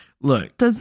Look